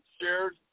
shared